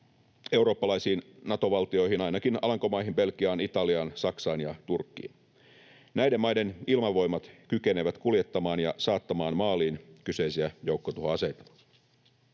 eurooppalaisiin Nato-valtioihin, ainakin Alankomaihin, Belgiaan, Italiaan, Saksaan ja Turkkiin. Näiden maiden ilmavoimat kykenevät kuljettamaan ja saattamaan maaliin kyseisiä joukkotuhoaseita.